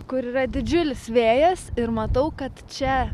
kur yra didžiulis vėjas ir matau kad čia